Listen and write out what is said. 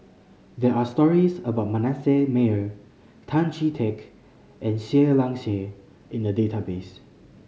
there are stories about Manasseh Meyer Tan Chee Teck and Seah Liang Seah in the database